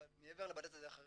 אבל מעבר לבד"צ העדה החרדית,